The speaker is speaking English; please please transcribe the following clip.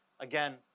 Again